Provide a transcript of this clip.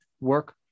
work